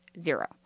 zero